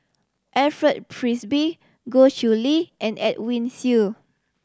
Alfred Frisby Goh Chiew Lye and Edwin Siew